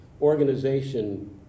organization